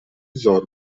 zorqun